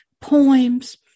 poems